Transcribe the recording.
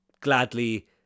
gladly